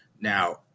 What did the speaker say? Now